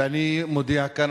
ואני מודיע כאן,